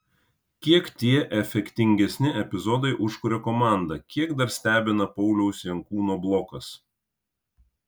kiek tie efektingesni epizodai užkuria komandą kiek dar stebina pauliaus jankūno blokas